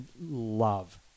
love